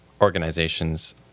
organizations